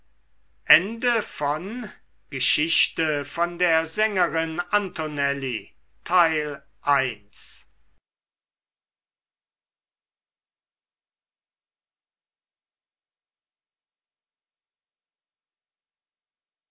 geschichte von der sängerin antonelli